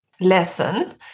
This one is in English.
lesson